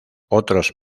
otros